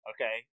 Okay